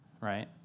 right